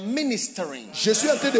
ministering